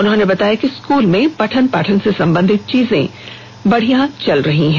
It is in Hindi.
उन्होंने बताया कि स्कूल में पठन पाठन से संबंधित चीजें बढ़िया चल रही हैं